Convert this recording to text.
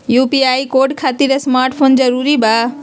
UPI code खातिर smart mobile जरूरी बा?